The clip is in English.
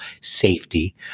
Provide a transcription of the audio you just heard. safety